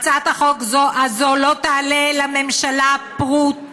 חבר הכנסת פורר, חבר הכנסת עודד פורר.